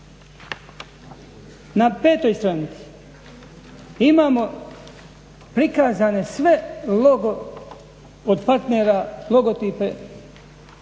Na 5.stranici imamo prikazane sve od partnera logotipe